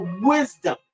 wisdom